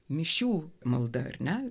mišių malda ir ne